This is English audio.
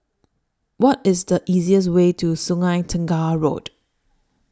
What IS The easiest Way to Sungei Tengah Road